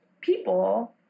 people